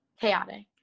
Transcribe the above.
Chaotic